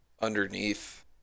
Underneath